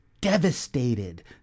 devastated